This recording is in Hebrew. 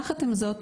יחד עם זאת,